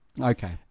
Okay